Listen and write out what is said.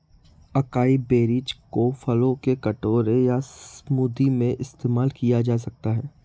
acai berries को फलों के कटोरे या स्मूदी में इस्तेमाल किया जा सकता है